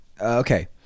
Okay